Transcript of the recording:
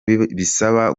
bisaba